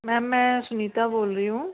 ma'am मैं सुनीता बोल रही हूँ